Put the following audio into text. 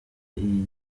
iyi